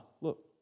Look